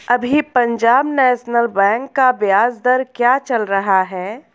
अभी Punjab National Bank का ब्याज दर क्या चल रहा है?